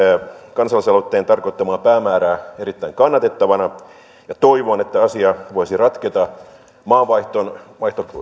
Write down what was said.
kansalaisaloitteen tarkoittamaa päämäärää erittäin kannatettavana ja toivon että asia voisi ratketa maavaihdon